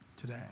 today